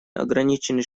ограниченный